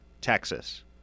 Texas